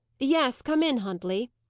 yes, come in, huntley,